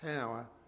power